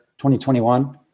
2021